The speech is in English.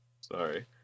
Sorry